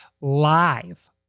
live